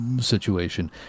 situation